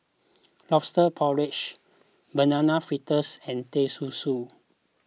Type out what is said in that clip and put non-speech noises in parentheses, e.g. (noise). (noise) Lobster Porridge Banana Fritters and Teh Susu